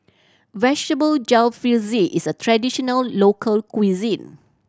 Vegetable Jalfrezi is a traditional local cuisine